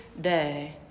day